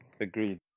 agreed